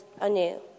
anew